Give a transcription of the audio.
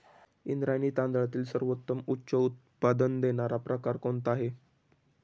इंद्रायणी तांदळातील सर्वोत्तम उच्च उत्पन्न देणारा प्रकार कोणता आहे?